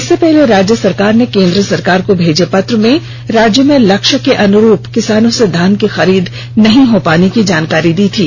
इससे पहले राज्य सरकार ने केन्द्र सरकार को भेजे पत्र में राज्य में लक्ष्य के अनुरूप किसानों से धान की खरीद नहीं हो पाने की जानकारी दी थी